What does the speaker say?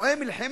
תחושה של השפלה,